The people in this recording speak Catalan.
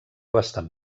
bastant